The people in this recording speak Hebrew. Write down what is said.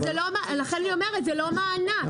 לכן אני אומרת, זה לא מענק.